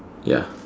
ya